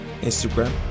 Instagram